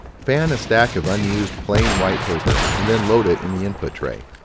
fan a stack of unused plain white paper and then load it in the input tray.